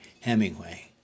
Hemingway